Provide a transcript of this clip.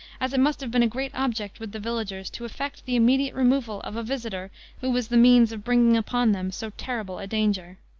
as it must have been a great object with the villagers to effect the immediate removal of a visitor who was the means of bringing upon them so terrible a danger.